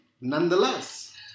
nonetheless